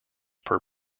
per